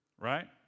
right